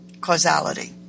causality